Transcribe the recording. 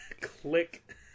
Click